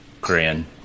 korean